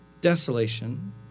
desolation